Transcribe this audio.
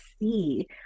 see